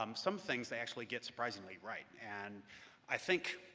um some things they actually get surprisingly right, and i think